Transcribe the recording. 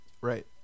Right